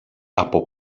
από